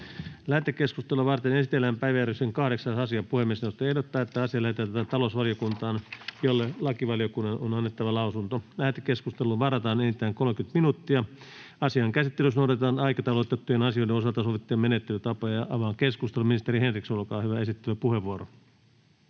Lähetekeskustelua varten esitellään päiväjärjestyksen 8. asia. Puhemiesneuvosto ehdottaa, että asia lähetetään talousvaliokuntaan, jolle lakivaliokunnan on annettava lausunto. Lähetekeskusteluun varataan enintään 30 minuuttia. Asian käsittelyssä noudatetaan aikataulutettujen asioiden osalta sovittuja menettelytapoja. — Avaan keskustelun. Ministeri Henriksson, olkaa hyvä, esittelypuheenvuoro.